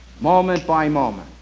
moment-by-moment